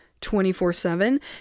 24-7